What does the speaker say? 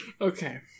Okay